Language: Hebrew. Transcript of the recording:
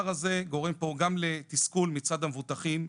הזה גורם פה גם לתסכול מצד המבוטחים,